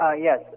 Yes